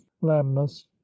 lammas